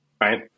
Right